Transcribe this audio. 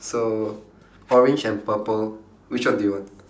so orange and purple which one do you want